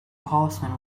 horsemen